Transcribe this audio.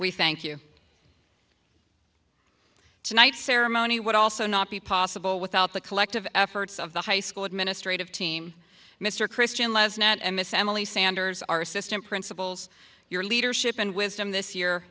we thank you tonight ceremony would also not be possible without the collective efforts of the high school administrative team mr christian lesson and miss emily sanders our assistant principals your leadership and wisdom this year